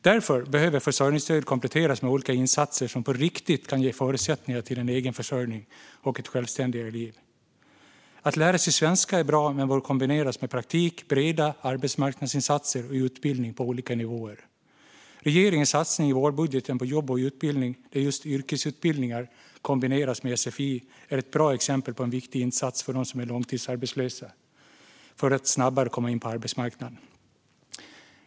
Därför behöver försörjningsstödet kompletteras med olika insatser som på riktigt kan ge förutsättningar till en egen försörjning och ett självständigare liv. Att lära sig svenska är bra, men det bör kombineras med praktik, breda arbetsmarknadsinsatser och utbildning på olika nivåer. Regeringens satsning i vårbudgeten på jobb och utbildning, där just yrkesutbildningar kombineras med sfi, är ett bra exempel på en viktig insats för dem som är långtidsarbetslösa att snabbare komma in på arbetsmarknaden.